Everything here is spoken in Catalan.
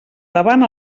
davant